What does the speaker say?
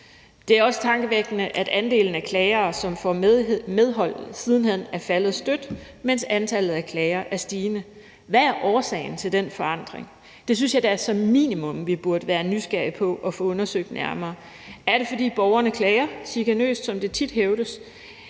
at det også er tankevækkende, at andelen af klagere, som får medhold, siden hen er faldet støt, mens antallet af klager er stigende. Hvad er årsagen til den forandring? Det synes jeg da som minimum vi burde være nysgerrige på at få undersøgt nærmere. Er det, fordi borgerne klager chikanøst, som det tit hævdes,